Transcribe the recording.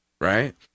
right